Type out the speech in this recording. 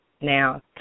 now